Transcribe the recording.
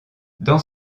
dans